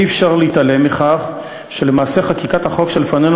אי-אפשר להתעלם מכך שלמעשה חקיקת החוק שלפנינו